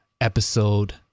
episode